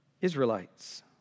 Israelites